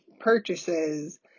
purchases